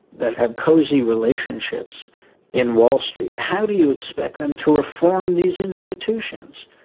that have cosy relationships in wall street, how do you expect them to reform these institutions?